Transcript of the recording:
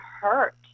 hurt